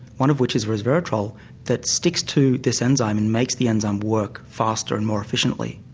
one of which is resveretrol that sticks to this enzyme and makes the enzyme work faster and more efficiently.